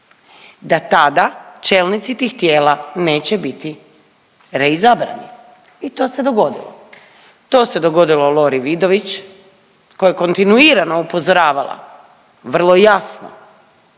da tada čelnici tih tijela neće biti reizabrani. I to se dogodilo. To se dogodilo Lori Vidović koja je kontinuirano upozoravala vrlo i jasno